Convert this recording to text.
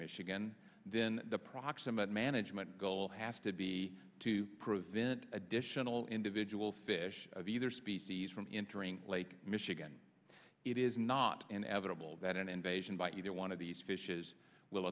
michigan then the proximate management goal has to be to prevent additional individual fish of either species from entering lake michigan it is not inevitable that an invasion by either one of these fishes will